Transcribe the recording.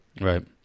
Right